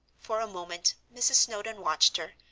for a moment mrs. snowdon watched her,